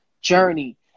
journey